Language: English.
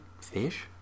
Fish